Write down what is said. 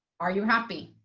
are you happy?